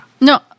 No